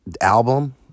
album